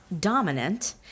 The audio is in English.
dominant